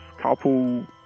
couple